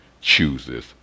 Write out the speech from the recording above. chooses